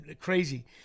crazy